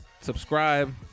subscribe